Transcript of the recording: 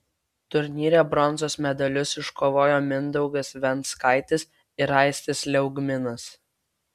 turnyre bronzos medalius iškovojo mindaugas venckaitis ir aistis liaugminas